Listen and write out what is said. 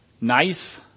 nice